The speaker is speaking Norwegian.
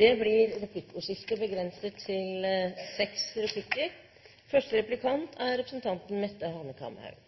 Det blir replikkordskifte.